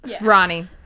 ronnie